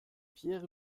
pierre